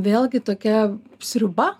vėlgi tokia sriuba